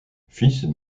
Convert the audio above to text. fils